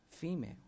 female